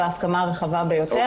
בהסכמה הרחבה ביותר.